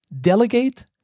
delegate